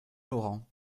laurent